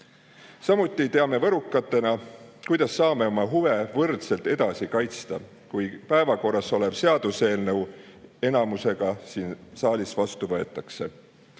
Samuti ei tea me võrukatena, kuidas saame oma huve võrdselt edasi kaitsta, kui päevakorras olev seaduseelnõu enamuse [häältega] siin saalis vastu võetakse.